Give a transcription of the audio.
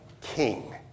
king